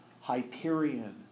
Hyperion